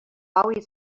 always